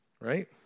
Right